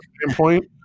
standpoint